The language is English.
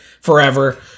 forever